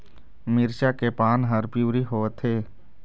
मिरचा के पान हर पिवरी होवथे?